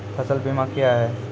फसल बीमा क्या हैं?